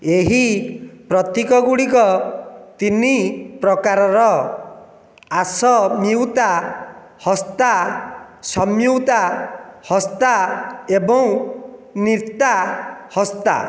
ଏହି ପ୍ରତୀକଗୁଡ଼ିକ ତିନି ପ୍ରକାରର ଆସମ୍ୟୁତା ହସ୍ତା ସମ୍ୟୁତା ହସ୍ତା ଏବଂ ନର୍ତା ହସ୍ତା